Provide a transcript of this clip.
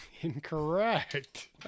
Incorrect